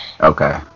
Okay